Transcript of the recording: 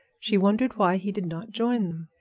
she wondered why he did not join them.